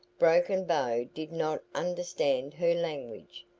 broken bow did not understand her language,